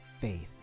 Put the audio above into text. faith